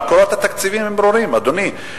המקורות התקציביים ברורים, אדוני.